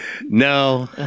No